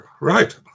right